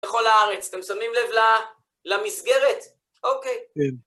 לכל הארץ, אתם שמים לב למסגרת? אוקיי.